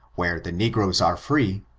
where the negroes are free,